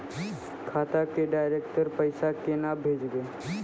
खाता से डायरेक्ट पैसा केना भेजबै?